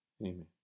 Amen